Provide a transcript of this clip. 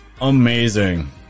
Amazing